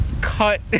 cut